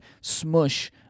smush